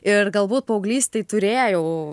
ir galbūt paauglystėj turėjau